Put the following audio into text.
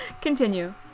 Continue